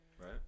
Right